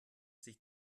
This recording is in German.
sich